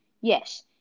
Yes